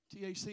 TAC